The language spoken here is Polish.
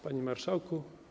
Panie Marszałku!